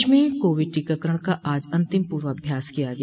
प्रदेश में काविड टीकाकरण का आज अंतिम पूर्वाभ्यास किया गया